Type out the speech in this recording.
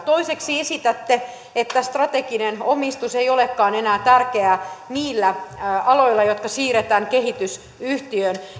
ja toiseksi esitätte että strateginen omistus ei olekaan enää tärkeää niillä aloilla jotka siirretään kehitysyhtiöön